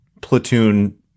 platoon